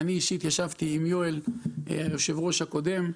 אני אישית ישבתי עם יואל, היושב-ראש הקודם.